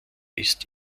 ist